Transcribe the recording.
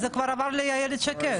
זה כבר עבר לאילת שקד.